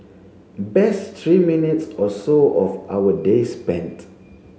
best three minutes or so of our day spent